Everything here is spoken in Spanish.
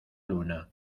luna